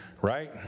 Right